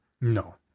No